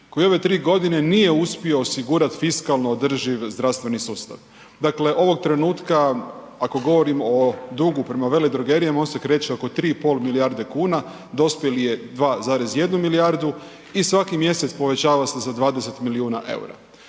koji u ove 3.g. nije uspio osigurat fiskalno održiv zdravstveni sustav. Dakle, ovog trenutka ako govorim o dugu prema veledrogerijama, on se kreće oko 3,5 milijarde kuna, dospjeli je 2,1 milijardu i svaki mjesec povećava se za 20 milijuna EUR-a.